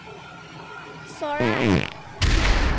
চৰাই